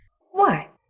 why,